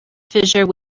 fissure